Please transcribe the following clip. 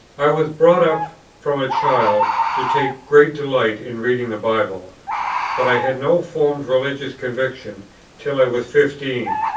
i was brought up from a child to take great delight in reading the bible but i had no formed religious convictions till i was fifteen.